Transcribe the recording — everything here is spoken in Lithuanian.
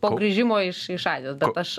po grįžimo iš iš azijos bet aš